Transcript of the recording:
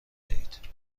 دهید